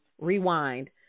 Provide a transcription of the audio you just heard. Rewind